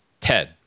ted